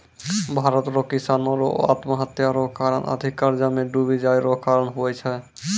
भारत रो किसानो रो आत्महत्या रो कारण अधिक कर्जा मे डुबी जाय रो कारण हुवै छै